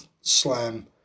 slam